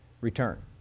return